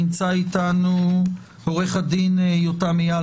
נמצא אתנו עוה"ד יותם איל,